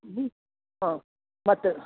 ಹ್ಞೂ ಹಾಂ ಮತ್ತು